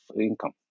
income